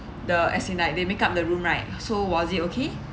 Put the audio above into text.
the as in like they make up the room right so was it okay